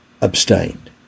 abstained